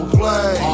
play